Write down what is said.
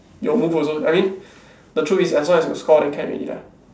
your move also I mean the truth is as long as you got score then can ready lah